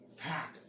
pack